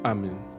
Amen